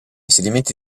sedimenti